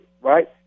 right